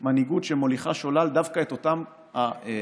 יש מנהיגות שמוליכה שולל דווקא את אותם אלה